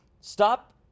stop